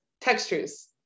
textures